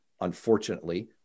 Unfortunately